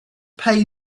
pay